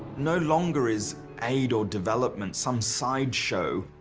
no longer is aid or development some sideshow.